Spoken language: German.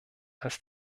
als